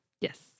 Yes